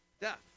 death